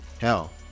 hell